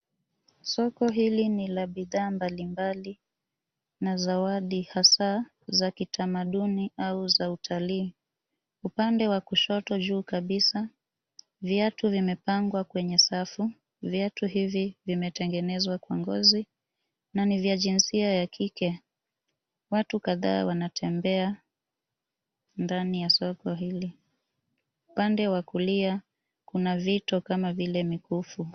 Soko hili ni la bidhaa mbalimbali na zawadi hasa za kitamaduni au za utalii. Upande wa kushoto juu kabisa viatu vimepangwa kwenye safu Viatu hivi vimetengenezwa kwa ngozi na ni vya jinsia ya kike. Watu kadhaa wanatembea ndani ya soko hili. Upande wa kulia kuna vitu kama vile mikufu.